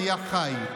היה חי,